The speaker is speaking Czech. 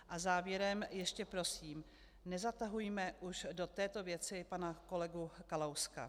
A závěrem ještě prosím: Nezatahujme už do této věci pana kolegu Kalouska.